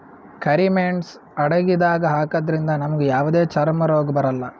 ಕರಿ ಮೇಣ್ಸ್ ಅಡಗಿದಾಗ್ ಹಾಕದ್ರಿಂದ್ ನಮ್ಗ್ ಯಾವದೇ ಚರ್ಮ್ ರೋಗ್ ಬರಲ್ಲಾ